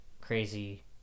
crazy